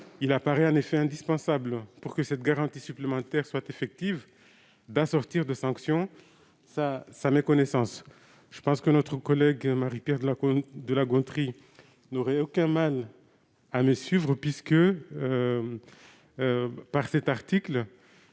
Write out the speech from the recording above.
Il apparaît en effet indispensable, pour que cette garantie supplémentaire soit effective, d'assortir sa méconnaissance de sanctions. Je pense que notre collègue Marie-Pierre de La Gontrie n'aurait aucun mal à me suivre, dans la mesure